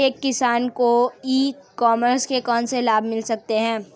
एक किसान को ई कॉमर्स के कौनसे लाभ मिल सकते हैं?